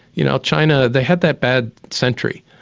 you know china they had that bad century.